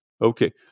okay